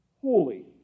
holy